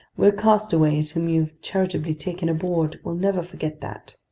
we're castaways whom you've charitably taken aboard, we'll never forget that.